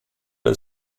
del